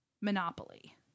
Monopoly